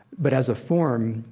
but as a form,